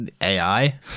AI